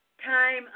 time